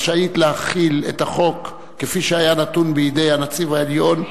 רשאית להחיל את החוק כפי שהיה נתון בידי הנציב העליון,